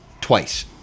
twice